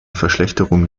verschlechterung